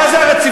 מה זה הרציפות?